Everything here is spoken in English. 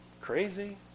crazy